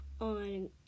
on